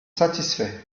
satisfaits